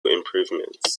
improvements